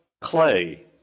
clay